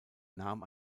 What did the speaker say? nahm